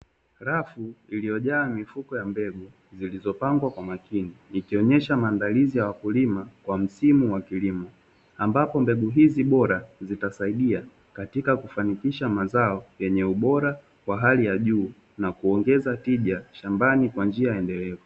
Graphi iliojaa mifuko ya mbegu zilizopangwa kwa makini ikionyesha maandalizi ya wakulima kwa msimu wa kilimo, ambapo mbegu hizo bora zitasaidia katika kufanikisha mazao yenye ubora wa hali ya juu na kuongeza tija shambani kwa njia endelevu.